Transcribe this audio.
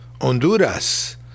Honduras